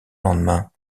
lendemain